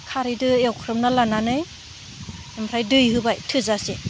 खारैजों एवख्रबना लानानै ओमफ्राय दै होबाय थोजासे